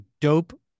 dope